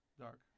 Dark